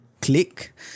click